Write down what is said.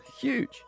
huge